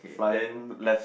flying left